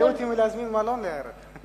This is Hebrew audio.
שואלים אותי אם להזמין מלון להערב.